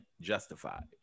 justified